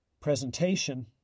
presentation